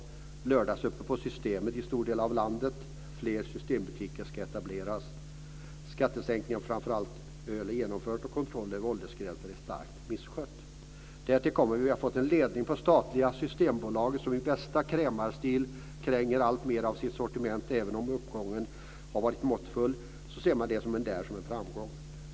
Vi har lördagsöppet på Systemet i en stor del av landet. Fler systembutiker ska etableras. Skattesänkningar på framför allt öl är genomförd, och kontrollen över åldersgränser är starkt misskött. Därtill kommer att vi har fått en ledning på det statliga Systembolaget som i bästa krämarstil kränger alltmer av sitt sortiment. Även om uppgången har varit måttfull ser man det som en framgång.